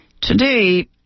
Today